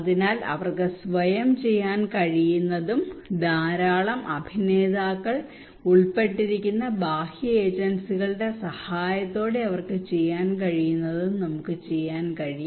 അതിനാൽ അവർക്ക് സ്വയം ചെയ്യാൻ കഴിയുന്നതും ധാരാളം അഭിനേതാക്കൾ ഉൾപ്പെട്ടിരിക്കുന്ന ബാഹ്യ ഏജൻസികളുടെ സഹായത്തോടെ അവർക്ക് ചെയ്യാൻ കഴിയുന്നതും നമുക്ക് ചെയ്യാൻ കഴിയും